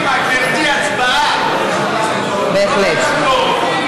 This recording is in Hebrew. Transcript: גברתי, הצבעה, לא לחכות.